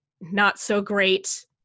not-so-great